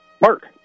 Mark